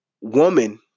woman